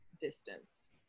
distance